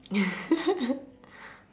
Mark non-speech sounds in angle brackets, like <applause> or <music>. <laughs>